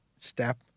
step